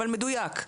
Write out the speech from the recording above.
אבל מדויק,